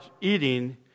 eating